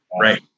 right